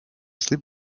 sleep